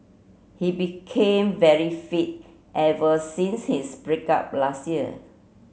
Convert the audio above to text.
he became very fit ever since his break up last year